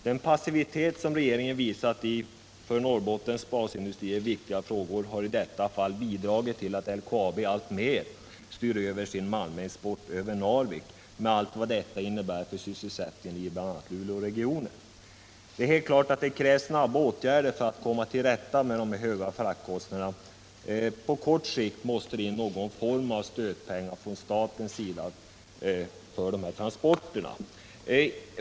Den passivitet som regeringen visat i för Norrbottens basindustrier viktiga frågor har i detta fall bidragit till att LKAB alltmer styr sin malmexport över Narvik med allt vad det innebär för sysselsättningen i bl.a. Luleåregionen. Det är klart att det krävs snabba åtgärder för att komma till rätta med de höga fraktkostnaderna. På kort sikt måste det till någon form av stödpengar från statens sida för de här transporterna.